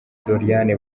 doriane